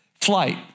Flight